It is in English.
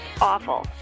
awful